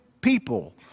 people